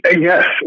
Yes